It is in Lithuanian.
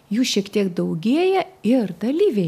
jų šiek tiek daugėja ir dalyviai